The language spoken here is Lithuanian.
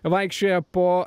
vaikščioja po